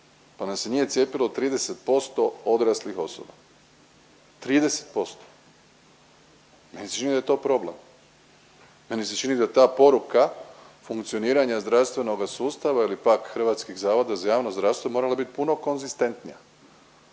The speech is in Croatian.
pa nas se nije cijepilo 30% odraslih osoba, 30%. Meni se čini da je to problem, meni se čini da ta poruka funkcioniranja zdravstvenoga sustava ili pak Hrvatskih zavoda za javno zdravstvo morala biti puno konzistentnija.